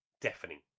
deafening